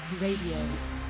Radio